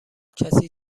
کسی